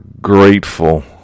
grateful